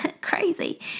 Crazy